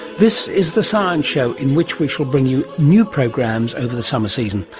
this is the science show in which we shall bring you new programs over the summer season.